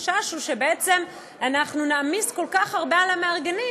החשש הוא שבעצם אנחנו נעמיס כל כך הרבה על המארגנים,